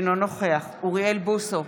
אינו נוכח אוריאל בוסו,